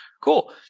cool